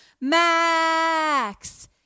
Max